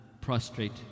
prostrate